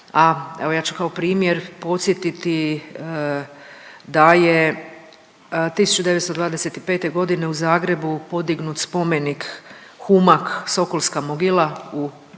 a evo ja ću kao primjer podsjetiti da je 1925.g. u Zagrebu podignut spomenik humak Sokolska mogila u